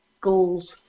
goals